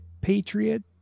Patriot